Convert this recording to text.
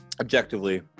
objectively